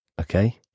Okay